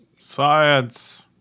Science